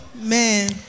man